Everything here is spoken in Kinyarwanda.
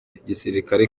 gisirikare